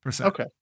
okay